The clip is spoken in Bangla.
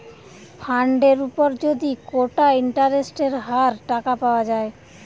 ফান্ডের উপর যদি কোটা ইন্টারেস্টের হার টাকা পাওয়া যায়